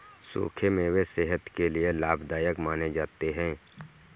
सुखे मेवे सेहत के लिये लाभदायक माने जाते है